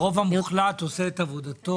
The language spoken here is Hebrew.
הרוב המוחלט עושה את עבודתו.